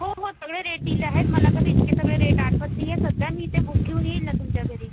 हो हो सगळे रेट दिले आहेत मला आता तर इतके सगळे रेट आठवत नाही आहे सध्या मी इथे बुक घेऊन येईल ना तुमच्या घरी